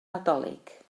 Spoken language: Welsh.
nadolig